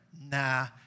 nah